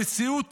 המציאות,